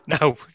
No